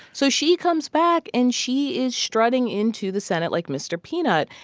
so she comes back, and she is strutting into the senate like mr. peanut.